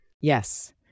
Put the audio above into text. Yes